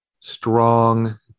strong